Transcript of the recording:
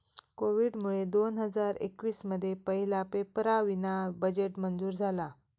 कोविडमुळे दोन हजार एकवीस मध्ये पहिला पेपरावीना बजेट मंजूर झाला